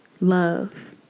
love